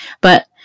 but-